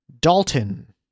Dalton